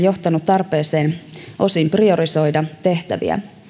johtanut tarpeeseen osin priorisoida tehtäviä